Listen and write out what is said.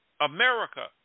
America